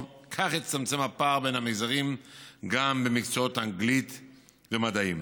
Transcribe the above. כך הצטמצם הפער בין המגזרים גם במקצועות אנגלית ומדעים.